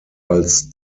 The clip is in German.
als